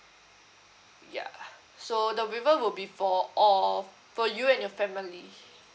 ya so the waiver will be for all for you and your family